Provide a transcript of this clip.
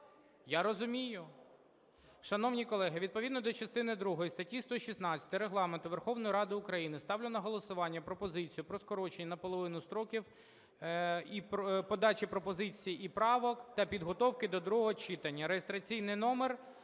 Я розумію. Шановні колеги, відповідно до частини другої статті 116 Регламенту Верховної Ради України ставлю на голосування пропозицію про скорочення наполовину строків і подачі пропозицій і правок та підготовки до другого читання (реєстраційний номер